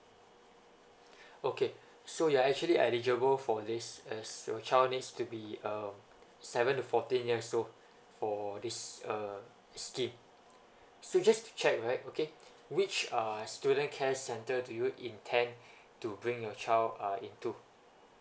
okay so you are actually eligible for this as your child needs to be um seven to fourteen years old for this uh scheme so just to check right okay which are student care center do you intend to bring your child uh into